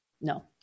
No